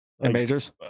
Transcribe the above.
Majors